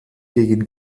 gegen